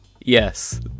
Yes